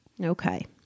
Okay